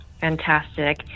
fantastic